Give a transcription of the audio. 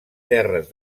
terres